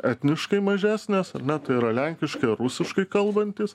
etniškai mažesnės ar ne tai yra lenkiškai rusiškai kalbantys